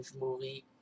movie